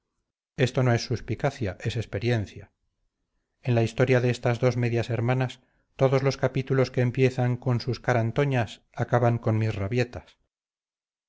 esto no es suspicacia es experiencia en la historia de estas dos medias hermanas todos los capítulos que empiezan con sus carantoñas acaban con mis rabietas